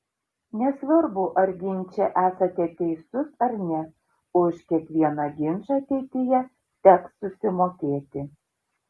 nesvarbu ar ginče esate teisus ar ne už kiekvieną ginčą ateityje teks susimokėti